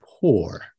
poor